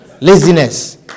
Laziness